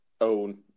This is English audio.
own